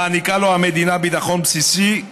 מעניקה לו המדינה ביטחון בסיסי,